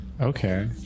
Okay